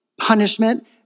punishment